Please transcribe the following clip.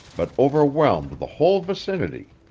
but overwhelmed the whole vicinity,